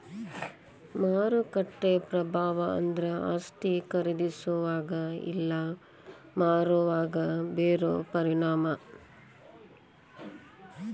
ಮಾರುಕಟ್ಟೆ ಪ್ರಭಾವ ಅಂದ್ರ ಆಸ್ತಿ ಖರೇದಿಸೋವಾಗ ಇಲ್ಲಾ ಮಾರೋವಾಗ ಬೇರೋ ಪರಿಣಾಮ